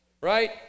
Right